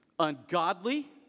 ungodly